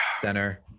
center